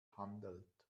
handelt